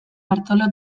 bartolo